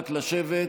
רק לשבת,